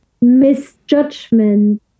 misjudgment